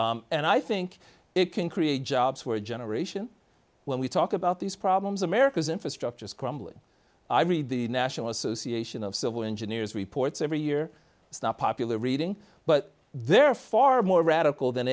questions and i think it can create jobs for a generation when we talk about these problems america's infrastructure is crumbling i read the national association of civil engineers reports every year it's not popular reading but they're far more radical th